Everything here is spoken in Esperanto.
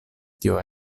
tio